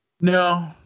No